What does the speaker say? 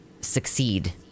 succeed